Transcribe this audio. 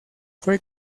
fue